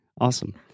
awesome